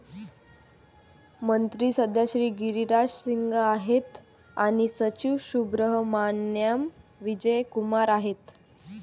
मंत्री सध्या श्री गिरिराज सिंग आहेत आणि सचिव सुब्रहमान्याम विजय कुमार आहेत